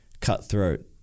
cutthroat